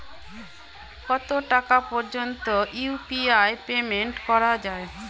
কত টাকা পর্যন্ত ইউ.পি.আই পেমেন্ট করা যায়?